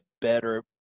better